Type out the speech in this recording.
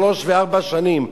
שלוש וארבע שנים.